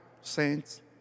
Saints